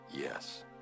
Yes